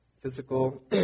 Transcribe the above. physical